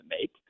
make